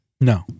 No